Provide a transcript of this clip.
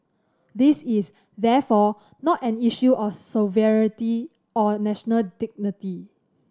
this is therefore not an issue of sovereignty or national dignity